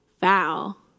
foul